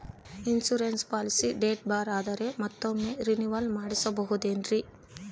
Insurance policy date bar ಆದರೆ ಮತ್ತೊಮ್ಮೆ renewal ಮಾಡಿಸಬಹುದೇ ಏನ್ರಿ?